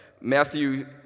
Matthew